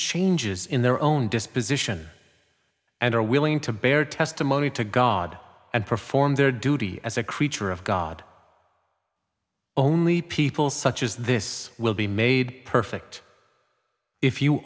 changes in their own disposition and are willing to bear testimony to god and perform their duty as a creature of god only people such as this will be made perfect if you